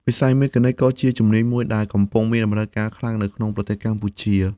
វិស័យ មេកានិក ក៏ជាជំនាញមួយដែលកំពុងមានតម្រូវការខ្លាំងនៅក្នុងប្រទេសកម្ពុជា។